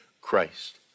Christ